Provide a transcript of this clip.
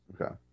okay